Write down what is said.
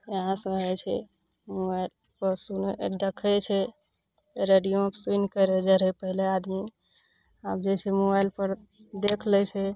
यहाँ सऽ भऽ जाइ छै मोबाइल पर सुनैै देखै छै रेडियोमे सुनि कऽ रहि जाइ रहै पहिले आदमी आब जे छै मोबाइल पर देख लै छै